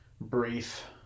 brief